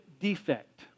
defect